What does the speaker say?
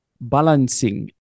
balancing